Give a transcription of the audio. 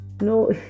No